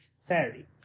Saturday